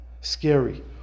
scary